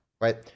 right